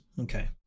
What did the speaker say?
Okay